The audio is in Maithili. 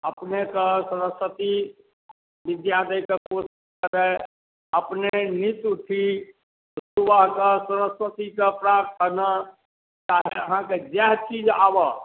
अपने के सरस्वती बिद्या दै के कोशिश करैथि अपने नित उठि सुबह कऽ सरस्वती के प्रार्थना कए कऽ अहाँके जे चीज आबऽ